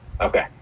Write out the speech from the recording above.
Okay